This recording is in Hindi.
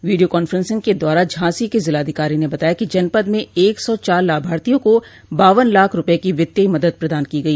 वीडियो कांफ्रेंसिंग के द्वारा झांसी के जिलाधिकारी ने बताया कि जनपद में एक सौ चार लाभार्थियों को बावन लाख रूपये की वित्तीय मदद प्रदान की गई